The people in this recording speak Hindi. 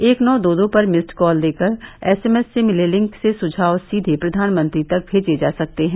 एक नौ दो दो पर मिस्ड कॉल देकर एसएमएस से मिले लिंक से सुझाव सीधे प्रधानमंत्री तक भेजे जा सकते हैं